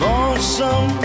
Lonesome